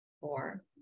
four